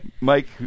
Mike